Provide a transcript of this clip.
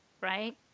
right